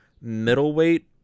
middleweight